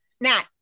Nat